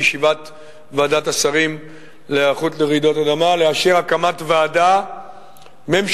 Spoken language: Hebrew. בישיבת ועדת השרים להיערכות לרעידות אדמה, לאשר הקמת ועדה ממשלתית